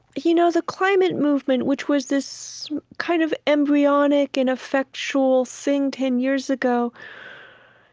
you know the climate movement, which was this kind of embryonic, ineffectual thing ten years ago